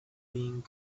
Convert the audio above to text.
being